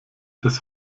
das